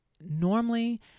normally